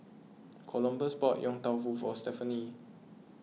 Columbus bought Yong Tau Foo for Stephany